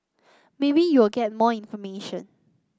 maybe you will get more information